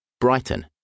Brighton